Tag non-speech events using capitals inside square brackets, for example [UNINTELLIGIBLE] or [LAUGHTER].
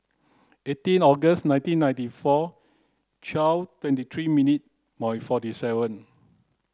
eighteen August nineteen ninety four twelve twenty three minute [UNINTELLIGIBLE] forty seven